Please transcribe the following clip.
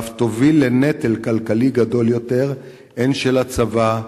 ואף תוביל לנטל כלכלי גדול יותר הן על הצבא,